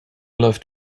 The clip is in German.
läuft